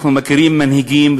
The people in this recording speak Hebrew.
אנחנו מכירים מנהיגים,